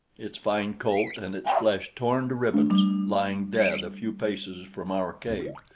its fine coat and its flesh torn to ribbons, lying dead a few paces from our cave,